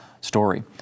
story